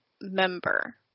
member